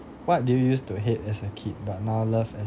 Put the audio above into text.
what do you used to hate as a kid but now love as